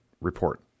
report